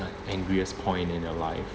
like angriest point in your life